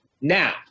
now